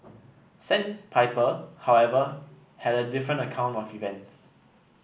sandpiper however had a different account of events